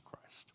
Christ